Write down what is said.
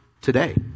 today